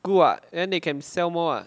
good [what] then they can sell more [what]